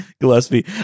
Gillespie